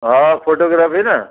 हा फ़ोटोग्राफ़ी न